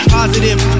positive